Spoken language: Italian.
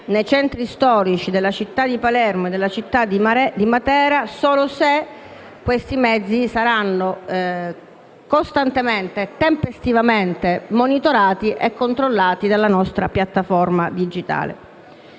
nei centri storici delle città di Palermo e Matera solo se questi mezzi saranno costantemente e tempestivamente monitorati e controllati dalla nostra piattaforma digitale.